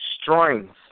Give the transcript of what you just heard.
Strength